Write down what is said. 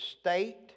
state